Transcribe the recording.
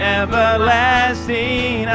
everlasting